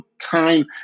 time